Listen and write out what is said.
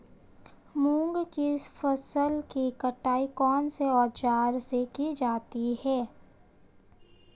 मूंग की फसल की कटाई कौनसे औज़ार से की जाती है?